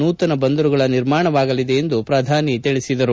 ನೂತನ ಬಂದರುಗಳ ನಿರ್ಮಾಣವಾಗಲಿದೆ ಎಂದು ಪ್ರಧಾನಿ ತಿಳಿಸಿದರು